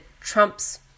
Trump's